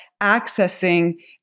accessing